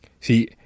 See